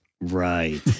Right